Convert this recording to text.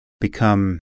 become